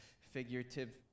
figurative